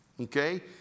okay